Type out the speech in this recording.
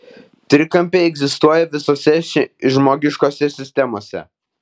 trikampiai egzistuoja visose žmogiškose sistemose